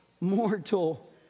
mortal